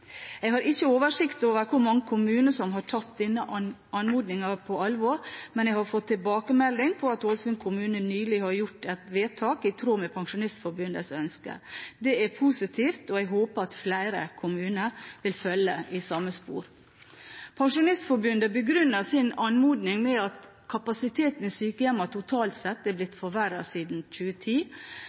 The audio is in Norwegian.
Jeg har ikke oversikt over hvor mange kommuner som har tatt denne anmodningen på alvor, men jeg har fått tilbakemelding på at Ålesund kommune nylig har gjort et vedtak i tråd med Pensjonistforbundets ønsker. Det er positivt, og jeg håper at flere kommuner vil følge i samme spor. Pensjonistforbundet begrunner sin anmodning med at kapasiteten i sykehjemmene totalt sett er blitt forverret siden 2010.